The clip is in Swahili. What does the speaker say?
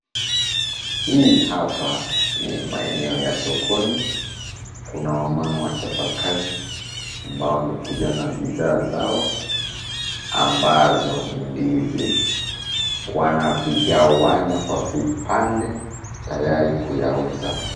Hii hapa ni maeneo ya sokoni. Kuna wamama wachapa kazi ambao wamekuja na bidhaa zao ambazo ni ndizi, wanavigawanya kwa vipande tayari kuyauza.